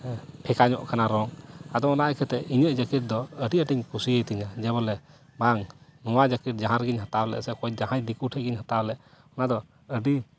ᱦᱮᱸ ᱯᱷᱮᱠᱟ ᱧᱚᱜ ᱠᱟᱱᱟ ᱨᱚᱝ ᱟᱫᱚ ᱚᱱᱟ ᱤᱠᱷᱟᱹᱛᱮ ᱤᱧᱟᱹᱜ ᱡᱮᱠᱮᱴ ᱫᱚ ᱟᱹᱰᱤ ᱟᱸᱴᱤᱧ ᱠᱩᱥᱤᱭᱟᱛᱤᱧᱟ ᱡᱮᱵᱚᱞᱮ ᱵᱟᱝ ᱱᱚᱣᱟ ᱡᱮᱠᱮᱴ ᱡᱟᱦᱟᱸ ᱨᱮᱜᱮᱧ ᱦᱟᱛᱟᱣ ᱞᱮᱫ ᱥᱮ ᱚᱠᱚᱭ ᱡᱟᱦᱟᱸᱭ ᱫᱤᱠᱩ ᱴᱷᱮᱱ ᱜᱤᱧ ᱦᱟᱛᱟᱣ ᱞᱮᱫ ᱚᱱᱟ ᱫᱚ ᱟᱹᱰᱤ